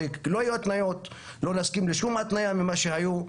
לא יהיו התניות, לא נסכים לשום התניה ממה שהיו.